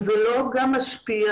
וזה לא גם משפיע